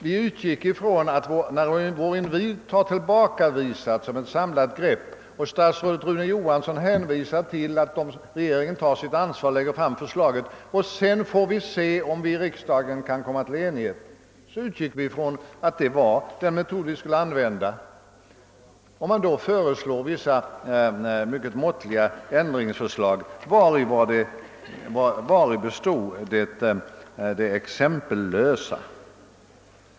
När vår invit till ett samlat grepp hade tillbakavisats och statsrådet Rune Johansson hänvisade till att regeringen skulle ta sitt ansvar och lägga fram förslaget för att se, om det gick att nå enighet i riksdagen, så utgick vi från att det var den metod som skulle tillämpas. Om vi då föreslår mycket måttliga ändringar, vari består det exempellösa?